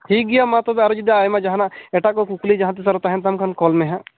ᱴᱷᱤᱠ ᱜᱮᱭᱟ ᱢᱟ ᱛᱚᱵᱮ ᱟᱨᱚ ᱡᱩᱫᱤ ᱟᱭᱢᱟ ᱡᱟᱦᱟᱸ ᱱᱟᱜ ᱮᱴᱟᱜ ᱠᱚ ᱠᱩᱠᱞᱤ ᱡᱟᱦᱟᱸ ᱛᱤᱥ ᱟᱨᱚ ᱛᱟᱦᱮᱱ ᱛᱟᱢ ᱠᱷᱟᱱ ᱠᱚᱞ ᱢᱮ ᱦᱟᱸᱜ